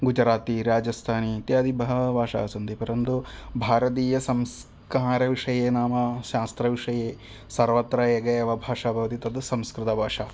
गुजराती राजस्थानी इत्यादि बहवः भाषाः सन्ति परन्तु भारतीयसंस्कारविषये नाम शास्त्रविषये सर्वत्र एक एव भाषा भवति तत् संस्कृतभाषा